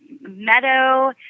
meadow